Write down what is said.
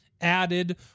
added